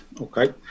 okay